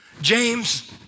James